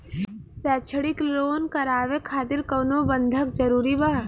शैक्षणिक लोन करावे खातिर कउनो बंधक जरूरी बा?